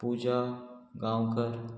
Puja Gaonkar